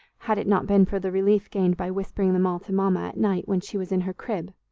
had it not been for the relief gained by whispering them all mama, at night, when she was in her crib,